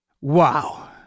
Wow